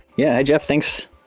yeah! hi, jeff. thanks.